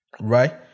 Right